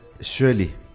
surely